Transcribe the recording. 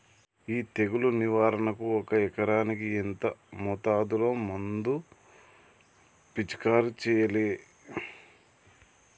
ఈ తెగులు నివారణకు ఒక ఎకరానికి ఎంత మోతాదులో మందు పిచికారీ చెయ్యాలే?